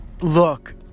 look